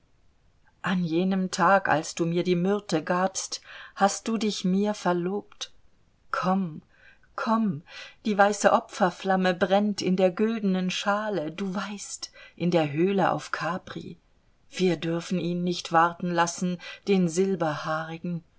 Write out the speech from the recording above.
an jenem tag als du mir die myrte gabst hast du dich mir verlobt komm komm die weiße opferflamme brennt in der güldenen schale du weißt in der höhle auf capri wir dürfen ihn nicht warten lassen den